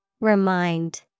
Remind